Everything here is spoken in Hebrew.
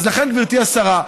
אז לכן, גברתי השרה,